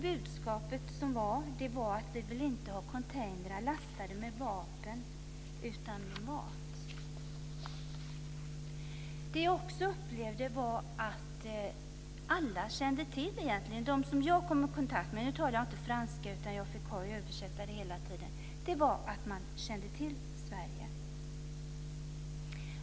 Budskapet i det de sjöng var: Vi vill inte ha containrar lastade med vapen utan med mat. Det jag också upplevde - nu talar jag inte franska, utan fick ha översättare hela tiden - var att alla som jag kom i kontakt med kände till Sverige.